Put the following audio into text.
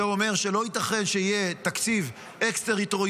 זה אומר שלא ייתכן שיהיה תקציב אקס-טריטוריאלי,